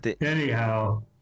Anyhow